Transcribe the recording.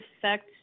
affect